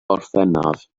orffennaf